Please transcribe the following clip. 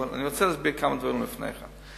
אבל אני רוצה להסביר כמה דברים לפני כן.